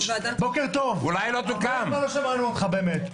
הרבה זמן לא שמענו אותך באמת.